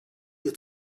had